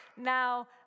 now